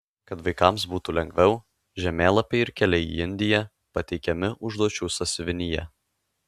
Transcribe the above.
kad vaikams būtų lengviau žemėlapiai ir keliai į indiją pateikiami užduočių sąsiuvinyje